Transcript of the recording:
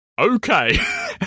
okay